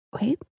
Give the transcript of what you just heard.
Wait